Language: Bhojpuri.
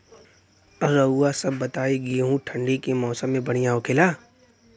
रउआ सभ बताई गेहूँ ठंडी के मौसम में बढ़ियां होखेला?